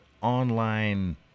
online